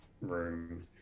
room